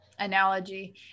analogy